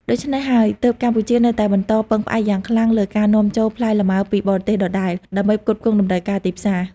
ដូច្នេះហើយ ទើបកម្ពុជានៅតែបន្តពឹងផ្អែកយ៉ាងខ្លាំងលើការនាំចូលផ្លែលម៉ើពីបរទេសដដែល ដើម្បីផ្គត់ផ្គង់តម្រូវការទីផ្សារ។